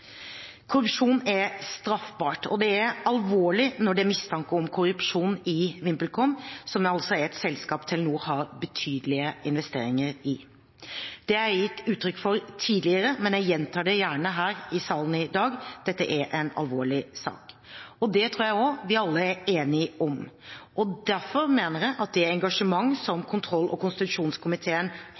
Korrupsjon er straffbart, og det er alvorlig når det er mistanke om korrupsjon i VimpelCom, som er et selskap Telenor har betydelige investeringer i. Det har jeg tydelig gitt uttrykk for tidligere, men jeg gjentar det gjerne her i salen i dag. Dette er en alvorlig sak. Det tror jeg vi alle er enige om, og derfor mener jeg også at det engasjement som kontroll- og konstitusjonskomiteen